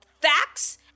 facts